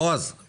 בועז,